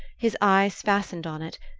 his eyes fastened on it,